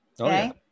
okay